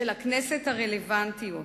הכנסת הרלוונטיות.